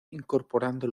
incorporando